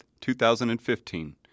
2015